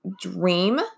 dream